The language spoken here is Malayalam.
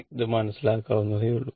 ഇത് മനസ്സിലാക്കാവുന്നതേയുള്ളൂ